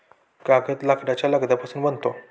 कागद लाकडाच्या लगद्यापासून बनतो